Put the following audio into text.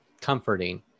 comforting